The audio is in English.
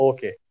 Okay